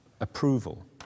approval